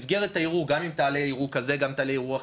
במסגרת הערעור גם אם תעלה ערעור כזה או אחר,